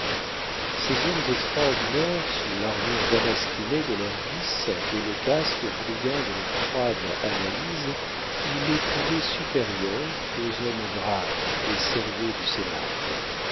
ces hommes extraordinaires sous l'armure damasquinée de leurs vices et le casque brillant de leur froide analyse il les trouvait supérieurs aux hommes graves et sérieux du